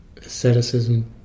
Asceticism